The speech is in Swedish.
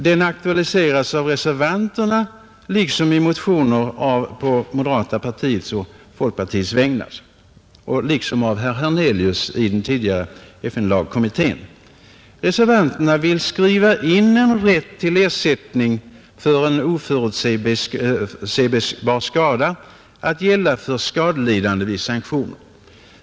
Den aktualiseras av reservanterna samt i motioner från moderata samlingspartiet och folkpartiet, liksom den aktualiserades av herr Hernelius i FN-lagkommittén. Reservanterna vill skriva in en rätt till ersättning för en oförutsebar skada, att gälla för skadelidande vid sanktioner.